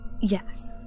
Yes